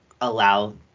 allow